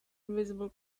invisible